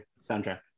soundtrack